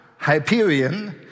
Hyperion